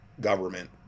government